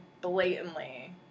blatantly